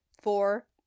four